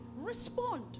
respond